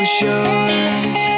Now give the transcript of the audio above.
short